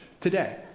today